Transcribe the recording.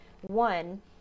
one